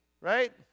Right